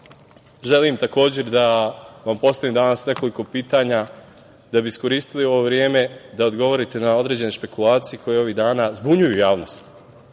želim da vam postavim danas nekoliko pitanja da bi iskoristili ovo vreme da odgovorite na određene špekulacije koje ovih dana zbunjuju javnost